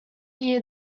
year